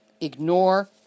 Ignore